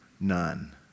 none